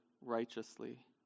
righteously